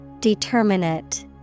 Determinate